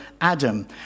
Adam